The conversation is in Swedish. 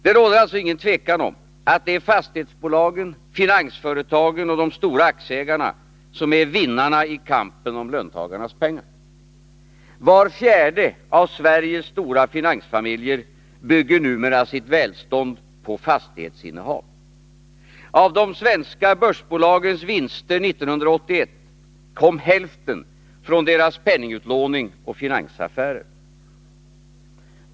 Det råder alltså inget tvivel om att det är fastighetsbolagen, finansföretagen och de stora aktieägarna som är vinnarna i kampen om löntagarnas pengar. Var fjärde av Sveriges stora finansfamiljer bygger numera sitt välstånd på fastighetsinnehav. Av de svenska börsbolagens vinster 1981 kom hälften från deras penningutlåning och finansaffärer.